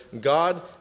God